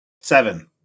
Seven